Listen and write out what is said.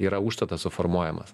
yra užstatas suformuojamas